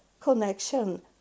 connection